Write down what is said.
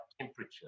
temperature